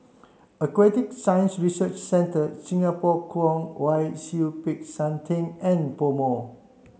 Aquatic Science Research Centre Singapore Kwong Wai Siew Peck San Theng and PoMo